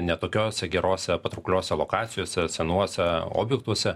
ne tokiose gerose patraukliose lokacijose senuose objektuose